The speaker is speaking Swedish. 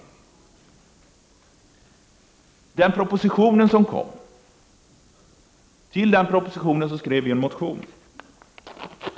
Till den proposition som kom skrev vi i miljöpartiet en motion.